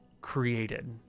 created